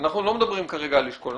אנחנו לא מדברים כרגע על אשכול.